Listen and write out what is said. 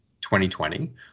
2020